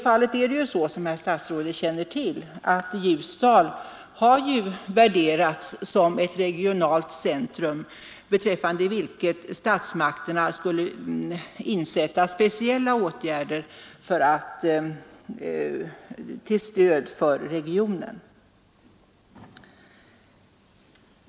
Som statsrådet känner till har Ljusdal värderats som ett regionalt centrum, där statsmakterna skall insätta speciella åtgärder till stöd för regionen.